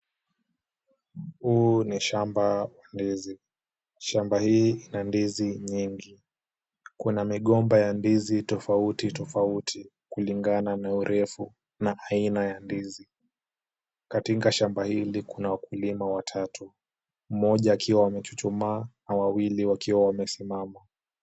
Hii ni shamba wa ndizi. Shamba hii ina ndizi nyingi. Kuna migomba ya ndizi tofauti tofauti, kulingana na urefu na aina ya ndizi. Katika shamba hili kuna wakulima watatu, mmoja akiwa amechuchumaa na wawili wakiwa wamesimama.